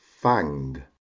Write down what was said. fang